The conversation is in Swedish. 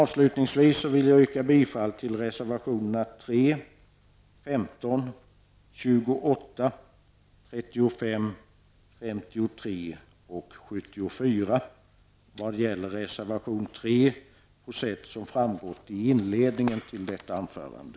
Avslutningsvis vill jag yrka bifall till reservationerna 3, 15, 28, 35, 53 och 74 -- vad gäller reservation 3 på det sätt som har framgått av inledningen till mitt anförande.